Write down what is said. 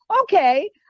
Okay